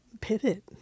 pivot